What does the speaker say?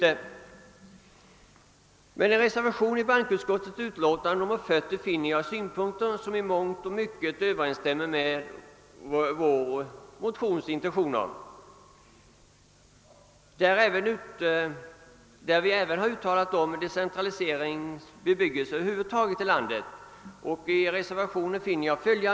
I en reservation till bankoutskottets utlåtande nr 40 finner jag synpunkter som i mångt och mycket överensstämmer med vår motions intentioner, där vi även uttalar oss för en decentraliserad bebyggelsestruktur i landet. Jag citerar ur reservationen.